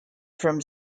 from